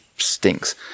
Stinks